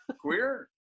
queer